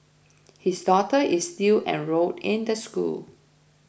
his daughter is still enrolled in the school